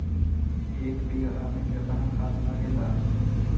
एक बिगहा में केतना खाद लागेला?